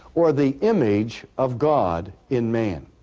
or the image of god in man.